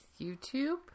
YouTube